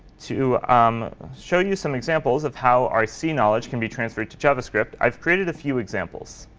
to um show you some examples of how our c knowledge can be translated to javascript, i've created a few examples.